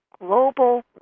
global